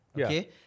Okay